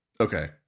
okay